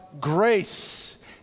grace